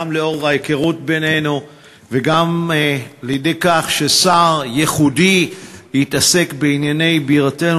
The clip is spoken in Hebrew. גם לאור ההיכרות בינינו וגם בשל כך ששר ייחודי יתעסק בענייני בירתנו.